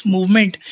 Movement